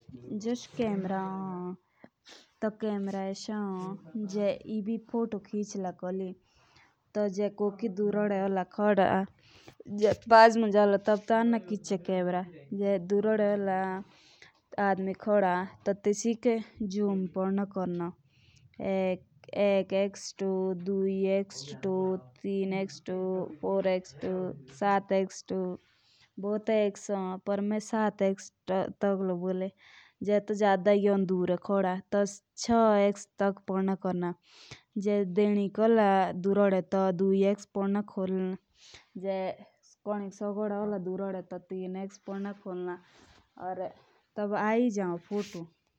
जस सेमरा होन तो सेमरा एसा हो तो जस एभी फोटो चेचला कोकी टू कुनी डर्दे होला या जे टू पस होला खोड़ा होल टू चेच जाओ एएसआई भी या जे कुनी डरदे होला टू ज़ूम कोरना पोडना 4x, 5x, या 6x होन। या जे जड़ै होला दुर तो चो के चो देया कोरी।